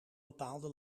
bepaalde